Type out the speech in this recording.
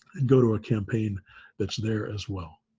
and go to a campaign that's there as well.